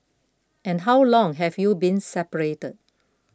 and how long have you been separated